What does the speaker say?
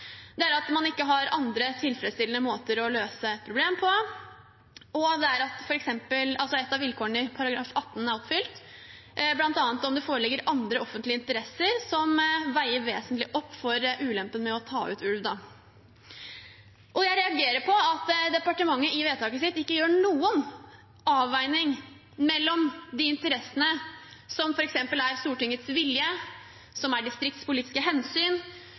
at man ikke har andre tilfredsstillende måter å løse et problem på, og at et av vilkårene i § 18 er oppfylt, bl.a. om det foreligger andre offentlige interesser som veier vesentlig opp for ulempen med å ta ut ulv. Jeg reagerer på at departementet i vedtaket sitt ikke gjør noen avveining mellom de interessene, som f.eks. Stortingets vilje, distriktspolitiske hensyn,